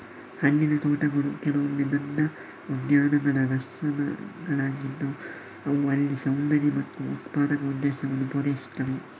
ಹಣ್ಣಿನ ತೋಟಗಳು ಕೆಲವೊಮ್ಮೆ ದೊಡ್ಡ ಉದ್ಯಾನಗಳ ಲಕ್ಷಣಗಳಾಗಿದ್ದು ಅವು ಅಲ್ಲಿ ಸೌಂದರ್ಯ ಮತ್ತು ಉತ್ಪಾದಕ ಉದ್ದೇಶವನ್ನು ಪೂರೈಸುತ್ತವೆ